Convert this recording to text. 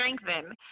strengthen